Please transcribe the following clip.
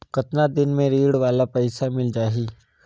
कतना दिन मे ऋण वाला पइसा मिल जाहि?